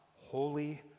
holy